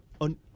On